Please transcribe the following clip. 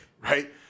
right